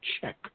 check